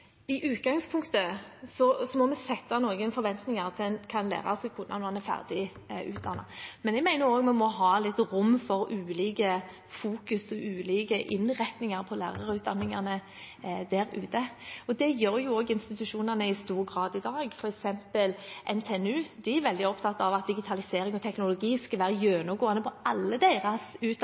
I utgangspunktet må vi ha noen forventninger til hva man har lært seg når man er ferdig utdannet. Men jeg mener vi må ha litt rom for ulikt fokus og ulike innretninger for lærerutdanningene der ute, og det gjør institusjonene i stor grad i dag. For eksempel NTNU er veldig opptatt av at digitalisering og teknologi skal være gjennomgående på alle deres